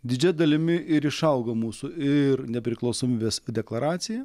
didžiąja dalimi ir išaugo mūsų ir nepriklausomybės deklaracija